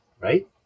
right